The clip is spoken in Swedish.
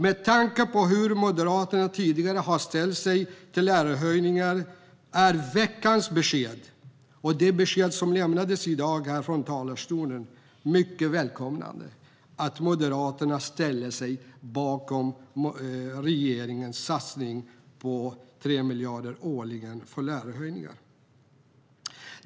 Med tanke på hur Moderaterna tidigare har ställt sig till höjda lärarlöner är veckans besked och det besked som lämnades i dag här från talarstolen mycket välkommet, att Moderaterna ställer sig bakom regeringens satsning på 3 miljarder årligen på höjda lärarlöner.